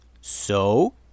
So